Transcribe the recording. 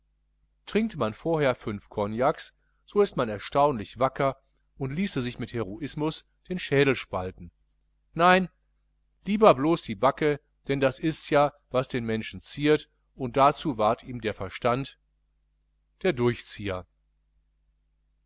trinkt man vorher fünf cognacs so ist man erstaunlich wacker und ließe sich mit heroismus den schädel spalten nein lieber blos die backe denn das ists ja was den menschen ziert und dazu ward ihm der verstand der durchzieher